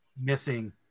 missing